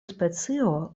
specio